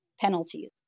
penalties